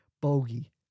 bogey